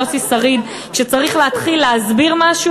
יוסי שריד: כשצריך להתחיל להסביר משהו,